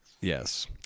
yes